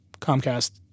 Comcast